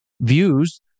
views